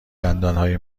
دندانهای